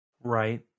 Right